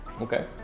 Okay